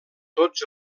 tots